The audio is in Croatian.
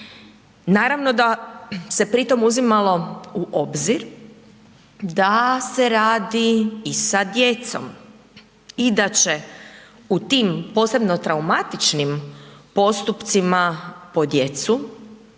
Naravno da se pri tom uzimalo u obzir da se radi i sa djecom i da će u tim posebnom traumatičnim postupcima po djecu